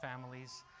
families